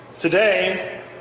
Today